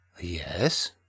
Yes